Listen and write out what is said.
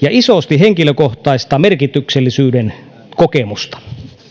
ja isosti henkilökohtaista merkityksellisyyden kokemusta